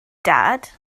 dad